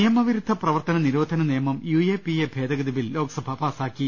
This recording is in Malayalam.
നിയമവിരുദ്ധ പ്രവർത്തന നിരോധന നിയമം യു എ പി എ ഭേദഗതി ബിൽ ലോക്സഭ പാസാക്കി